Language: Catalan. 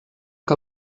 que